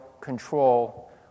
control